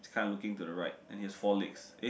he's kind of looking to the right and he has four legs eh